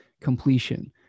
completion